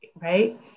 right